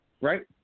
Right